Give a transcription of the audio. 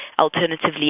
alternatively